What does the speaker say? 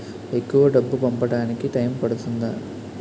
ఎక్కువ డబ్బు పంపడానికి టైం పడుతుందా?